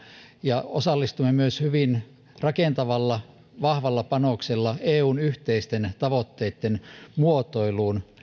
ja osallistuimme myös hyvin rakentavalla vahvalla panoksella eun yhteisten tavoitteitten muotoiluun